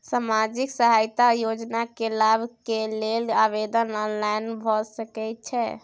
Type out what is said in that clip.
सामाजिक सहायता योजना के लाभ के लेल आवेदन ऑनलाइन भ सकै छै?